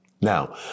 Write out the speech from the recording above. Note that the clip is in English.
Now